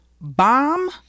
BOMB